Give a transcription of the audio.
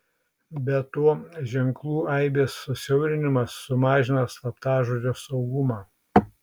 be to ženklų aibės susiaurinimas sumažina slaptažodžio saugumą